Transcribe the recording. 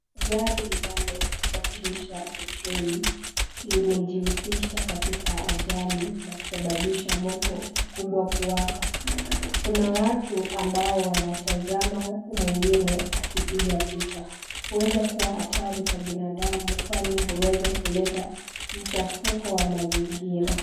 Gari linalosafirisha petroli limejihusisha katika ajali na kusababisha moto mkubwa kuwaka. Kuna watu ambao wanatazama huku mwingine akipiga picha. Huweza kuwa hatari kwa binadamu kwani huweza kuleta mchafuko wa mazingira.